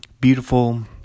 beautiful